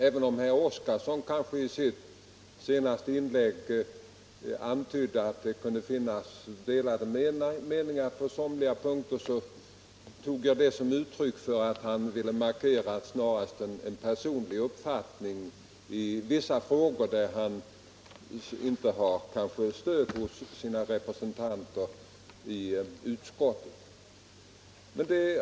Även om herr Oskarson i sitt senaste inlägg kanske antydde att det kunde råda delade meningar på somliga punkter, tog jag det snarare som uttryck för att han ville markera en personlig uppfattning i vissa frågor, där han inte har stöd hos sitt partis representanter i utskottet.